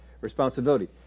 responsibility